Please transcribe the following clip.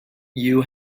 you